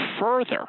further